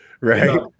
right